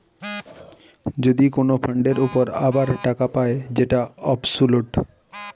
যদি কোন ফান্ডের উপর আবার টাকা পায় যেটা অবসোলুট